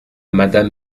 madame